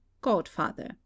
godfather